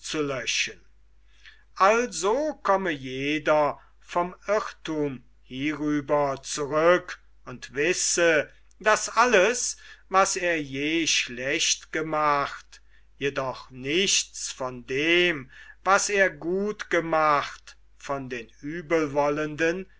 auszulöschen also komme jeder vom irrthum hierüber zurück und wisse daß alles was er je schlecht gemacht jedoch nichts von dem was er gut gemacht von den